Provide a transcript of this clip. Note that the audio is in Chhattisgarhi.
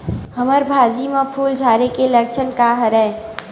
हमर भाजी म फूल झारे के लक्षण का हरय?